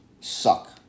suck